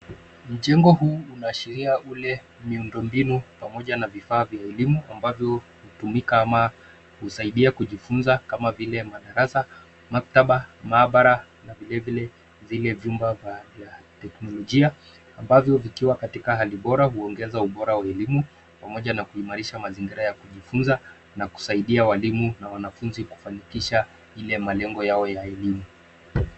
Mjengo huu unaashiria ule miundo mbinu pamoja na vifaa vya elimu ambavyo hutumika ama kusaidia kujifunza kama vile madarasa, maktaba, maabara na vilevile zile vyumba vya teknolojia ambavyo vikiwa katika hali bora huongeza ubora wa elimu pamoja na kuimarisha mazingira ya kujifunza na kusaidia walimu na wanafunzi kufanikisha ile malengo yao ya elimu.